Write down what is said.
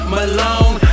Malone